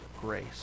grace